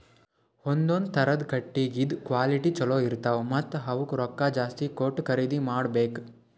ಒಂದೊಂದ್ ಥರದ್ ಕಟ್ಟಗಿದ್ ಕ್ವಾಲಿಟಿ ಚಲೋ ಇರ್ತವ್ ಮತ್ತ್ ಅವಕ್ಕ್ ರೊಕ್ಕಾ ಜಾಸ್ತಿ ಕೊಟ್ಟ್ ಖರೀದಿ ಮಾಡಬೆಕ್